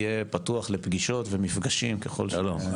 חדר הוועדה יהיה פתוח לפגישות ומפגשים ככול שניתן,